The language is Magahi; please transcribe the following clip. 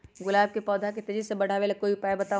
गुलाब के पौधा के तेजी से बढ़ावे ला कोई उपाये बताउ?